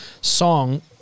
song